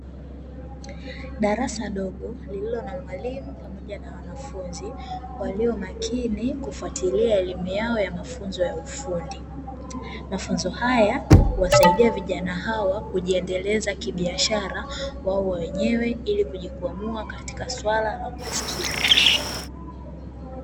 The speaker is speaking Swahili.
Darasa dogo lililo na walimu pamoja na wanafunzi walio makini kufatilia elimu yao ya mafunzo ya ufundi, mafunzo haya huwasaidia vijana hao kujiendeleza kibiashara wao wenyewe ili kujikwamua katika swala la umaskini.